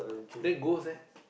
then ghost eh